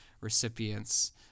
recipients